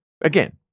again